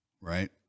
Right